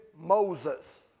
Moses